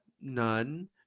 None